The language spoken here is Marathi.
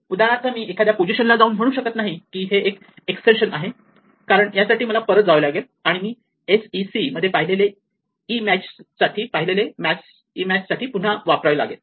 उदाहरणार्थ मी एखाद्या पोझिशन ला जाऊन म्हणू शकत नाही की हे एक एक्सटेन्शन आहे कारण यासाठी मला परत जावे लागेल आणि मी Sec मध्ये पाहिलेले मॅचसाठी पुन्हा वापरावे लागेल